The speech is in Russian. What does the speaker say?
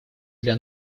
для